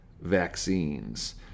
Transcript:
vaccines